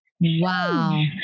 wow